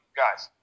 guys